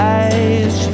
eyes